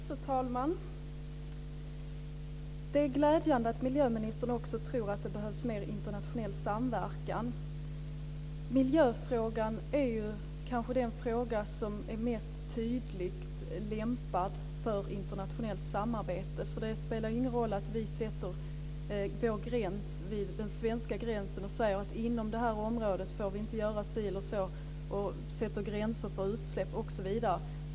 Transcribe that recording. Fru talman! Det är glädjande att miljöministern också tror att det behövs mer internationell samverkan. Miljöfrågan är kanske den fråga som är mest tydligt lämpad för internationellt samarbete. Det spelar ju ingen roll att vi sätter vår gräns vid Sveriges gränser och säger att inom det här området får ni inte göra si eller så, att vi sätter gränser för utsläpp osv.